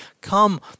come